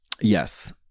Yes